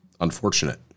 Unfortunate